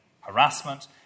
harassment